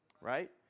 Right